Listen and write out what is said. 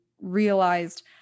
realized